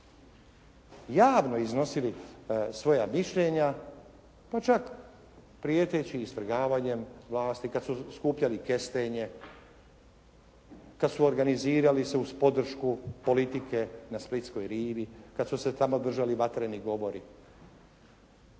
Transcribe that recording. javno iznosili svoja mišljenja, pa čak prijeteći istrgavanjem vlasti kada su skupljali kestenje, kada su organizirali se uz podršku politike na splitskoj rivi, kada su se tamo držali vatreni govori.